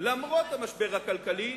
למרות המשבר הכלכלי,